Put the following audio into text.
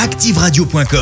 activeradio.com